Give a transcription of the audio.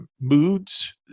moods